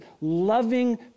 loving